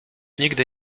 nigdy